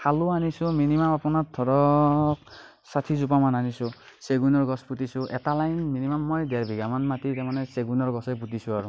শালো আনিছো মিনিমাম আপোনাৰ ধৰক ষাঠি জোপামান আনিছো চেগুণৰ গছ পুতিছো এটা লাইন মিনিমাম মই ডেৰ বিঘামান মাটি তাৰমানে চেগুণৰ গছেই পুতিছো আৰু